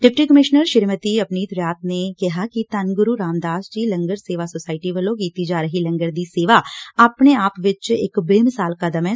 deputy commissioner Shrimati Apneet Riyat ਨੇ ਕਿਹਾ ਕਿ ਧੰਨ ਗੁਰੂ ਰਾਮਦਾਸ ਜੀ ਲੰਗਰ ਸੇਵਾ ਸੋਸਾਇਟੀ ਵਲੋਂ ਕੀਤੀ ਜਾ ਰਹੀ ਲੰਗਰ ਦੀ ਸੇਵਾ ਆਪਣੇ ਆਪ ਵਿੱਚ ਇਕ ਬੇਮਿਸਾਲ ਕਦਮ ਐ